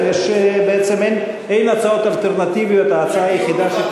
בעצם אין הצעות אלטרנטיביות וההצעה היחידה,